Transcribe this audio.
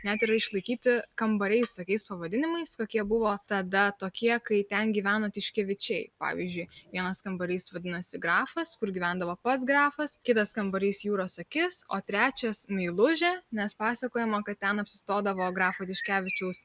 net yra išlaikyti kambariai su tokiais pavadinimais kokie buvo tada tokie kai ten gyveno tiškevičiai pavyzdžiui vienas kambarys vadinasi grafas kur gyvendavo pats grafas kitas kambarys jūros akis o trečias meilužė nes pasakojama kad ten apsistodavo grafo tiškevičiaus